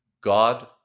god